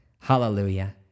hallelujah